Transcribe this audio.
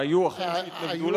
והיו אחרים שהתנגדו לה?